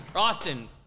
Austin